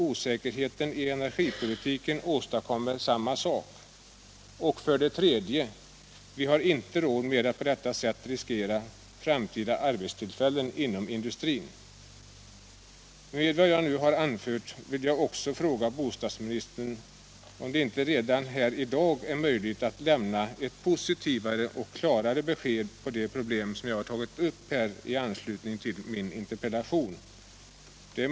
Osäkerheten i energipolitiken åstadkommer samma sak. 3. Vi har inte råd med att på detta sätt riskera framtida arbetstillfällen inom industrin. Med vad jag här nu har anfört vill jag också fråga bostadsministern om det inte redan här i dag är möjligt att lämna ett positivare och klarare besked i frågan om de problem jag tagit upp i min interpellation.